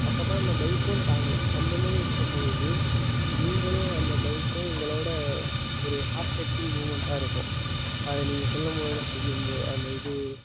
அப்போ தான் அந்த பைக்கும் தாங்கும் அந்த மாதிரி இருக்கும் போது நீங்களும் அந்த பைக்கும் உங்களோடய ஒரு ஹார்ட் டச்சிங் மூமெண்டாக இருக்கும் அதை நீங்கள் சொல்லும் போதுல செய்யும் போ அந்த இது